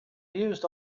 used